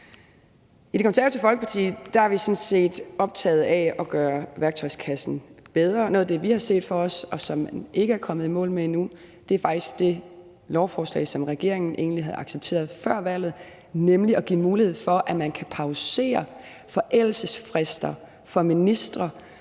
I Det Konservative Folkeparti er vi sådan set optaget af at gøre værktøjskassen bedre. Noget af det, vi har set for os, og som man ikke er kommet i mål med endnu, er faktisk det lovforslag, som regeringen egentlig havde accepteret før valget, nemlig at give mulighed for, at man kan pausere forældelsesfrister for ministre,